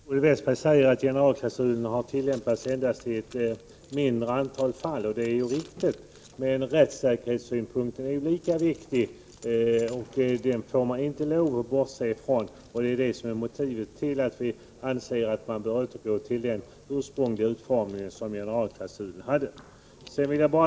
Herr talman! Olle Westberg säger att generalklausulen har tillämpats endast i ett mindre antal fall. Det är riktigt. Men rättssäkerhetssynpunkten är lika viktig ändå. Den får man inte bortse från. Det är motivet till att vi anser att man bör återgå till generalklausulens ursprungliga utformning.